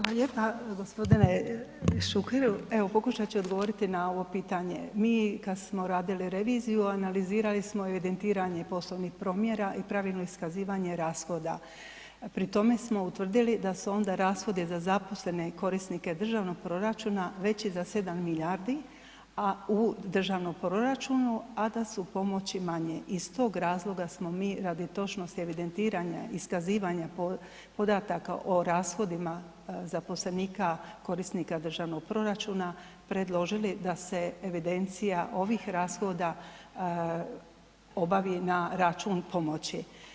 Hvala lijepa g. Šuker, evo pokušat ću odgovoriti na ovo pitanje, mi kad smo radili reviziju, analizirali smo evidentiranje poslovnih promjera i pravilno iskazivanje rashoda pri tome smo utvrdili da su onda rashodi za zaposlene korisnike državnog proračuna veći za 7 milijardi u državnom proračunu a da su pomoći manje, iz tog razloga smo mi radi točnosti evidentiranja i iskazivanja podataka o rashodima zaposlenika korisnika državnoga proračuna predložili da se evidencija ovih rashoda obavi na račun pomoći.